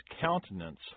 countenance